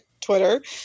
Twitter